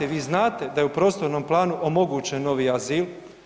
I vi znate da je u prostornom planu omogućen novi azil.